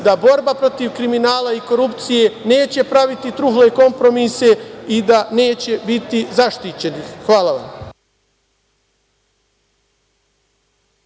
da borba protiv kriminala i korupcije, neće praviti trule kompromise i da neće biti zaštićeni. Hvala vam.